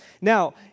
Now